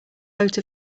vote